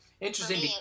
interesting